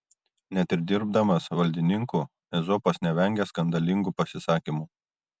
net ir dirbdamas valdininku ezopas nevengia skandalingų pasisakymų